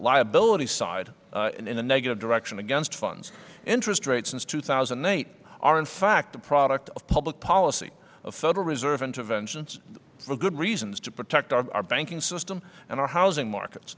liability side in a negative direction against funds interest rates since two thousand and eight are in fact a product of public policy of federal reserve interventions for good reasons to protect our banking system and our housing market